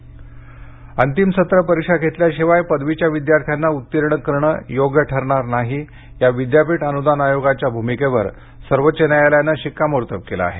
परीक्षा स्वागत अंतिम सत्र परीक्षा घेतल्याशिवाय पदवीच्या विद्यार्थ्यांना उत्तीर्ण करणे योग्य ठरणार नाही या विद्यापीठ अनुदान आयोगाच्या भूमिकेवर सर्वोच्च न्यायालयाने शिक्कामोर्तब केले आहे